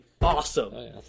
awesome